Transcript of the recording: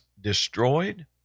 destroyed